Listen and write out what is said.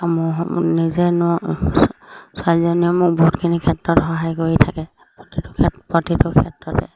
সমূহ নিজে ছোৱালীজনীয়ে মোক বহুতখিনি ক্ষেত্ৰত সহায় কৰি থাকে প্ৰতিটো ক্ষেত্ৰ প্ৰতিটো ক্ষেত্ৰতে